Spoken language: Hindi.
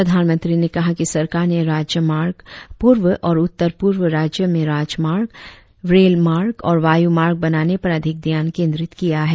प्रधानमंत्री ने कहा कि सरकार ने राज्य मार्ग पूर्व और उत्तर पूर्व राज्यों में राजमार्ग रेल मार्ग और वायू मार्ग बनाने पर अधिक ध्यान केंद्रित किया है